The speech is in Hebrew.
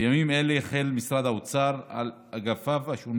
בימים אלה החל משרד האוצר על אגפיו השונים